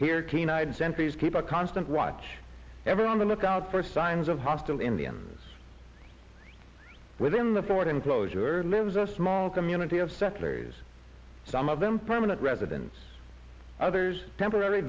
sentries keep a constant watch ever on the lookout for signs of hostile indians within the fort enclosure lives a small community of settlers some of them permanent residents others temporary